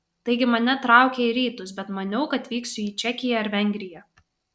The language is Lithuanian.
taigi mane traukė į rytus bet maniau kad vyksiu į čekiją ar vengriją